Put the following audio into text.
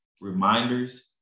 reminders